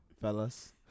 fellas